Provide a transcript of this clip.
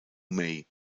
mei